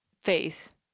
face